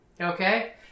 Okay